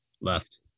left